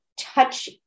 touch